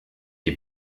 die